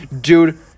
Dude